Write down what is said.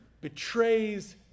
betrays